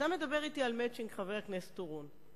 אתה מדבר אתי על "מצ'ינג", חבר הכנסת אורון.